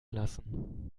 lassen